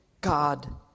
God